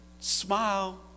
Smile